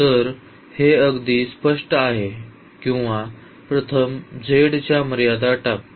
तर हे अगदी स्पष्ट आहे किंवा प्रथम z च्या मर्यादा टाकू